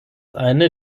eine